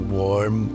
warm